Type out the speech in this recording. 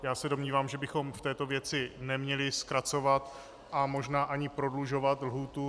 Já se domnívám, že bychom v této věci neměli zkracovat a možná ani prodlužovat lhůtu.